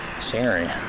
scenery